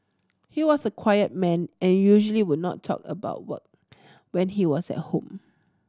he was a quiet man and usually would not talk about work when he was at home